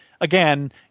again